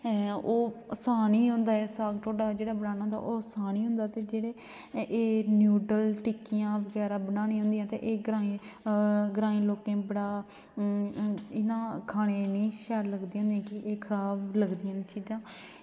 ओह् आसान ई होंदा जेह्ड़ा साग ढोड्डा बनाना खाने ई होंदा ते एह् जेह्ड़े नूडल्स टिक्कियां बगैरा बनानी होंदियां ते एह् ग्रांईं लोकें बड़ा एह् खानै गी निं शैल लगदियां होंदियां कि खराब लगदियां न चीज़ां